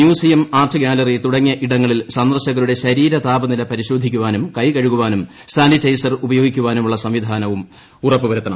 museum art gallery തുടങ്ങിയ ഇടങ്ങളിൽ സന്ദർശകരുടെ ശരീര താപനില പരിശോധിക്കാനും കൈ കഴുകാനും സാനിറ്റൈസർ ഉപയോഗിക്കാനുമുള്ള സംവിധാനവും ഉറപ്പുവരുത്തണം